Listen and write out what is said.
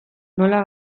nola